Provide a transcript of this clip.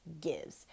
gives